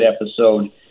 episode